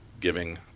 giving